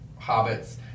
hobbits